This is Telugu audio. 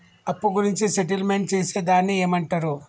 అప్పు గురించి సెటిల్మెంట్ చేసేదాన్ని ఏమంటరు?